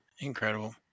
Incredible